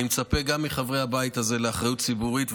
אני מצפה גם מחברי הבית הזה לאחריות ציבורית,